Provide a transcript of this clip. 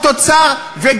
אני גאה בכסף לקשישים,